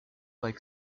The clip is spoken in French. avec